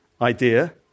idea